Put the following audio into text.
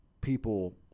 people